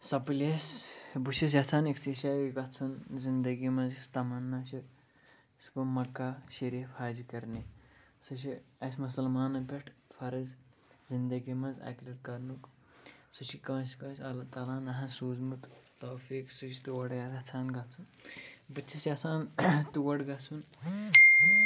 سۄ پٕلَیس بہٕ چھُس یژھان أکۍسٕے جایہِ گژھُن زِندگی منٛز یُس تَمنا چھِ سُہ گوٚو مکّہ شریٖف حج کَرنہِ سُہ چھُ اَسہِ مُسلمانَن پٮ۪ٹھ فرض زندگی منٛز اَکہِ لَٹہِ کَرنُک سُہ چھُ کٲنٛسہِ کٲنٛسہِ اللہ تعالیٰ ہن نہ حظ سوٗزمُت توفیق سُہ چھُ تور یَژھان گژھُن بہٕ تہِ چھُس یَژھان تور گَژھُن